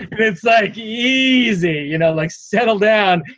it's like easy a you know, like settle down.